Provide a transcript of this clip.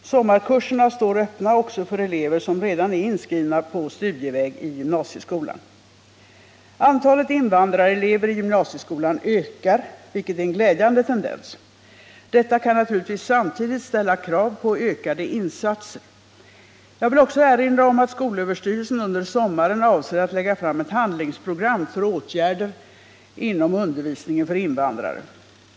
Sommarkurserna står öppna också för elever som redan är inskrivna på studieväg i gymnasieskolan. Antalet invandrarelever i gymnasieskolan ökar, vilket är en glädjande tendens. Detta kan naturligtvis samtidigt ställa krav på ökade insatser. Jag vill också erinra om att skolöverstyrelsen under sommaren avser att lägga fram ett handlingsprogram för åtgärder inom undervisningen för invandrare.